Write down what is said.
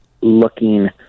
looking